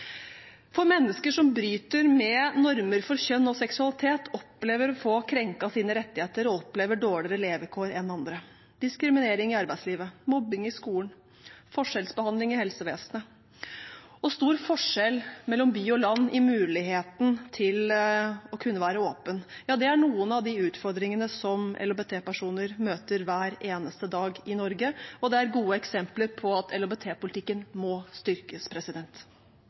Mennesker som bryter med normer for kjønn og seksualitet, opplever å få krenket sine rettigheter og opplever dårligere levekår enn andre. Diskriminering i arbeidslivet, mobbing i skolen, forskjellsbehandling i helsevesenet og stor forskjell mellom by og land i muligheten til å kunne være åpen er noen av de utfordringene som LHBT-personer møter hver eneste dag i Norge, og det er gode eksempler på at LHBT-politikken må styrkes.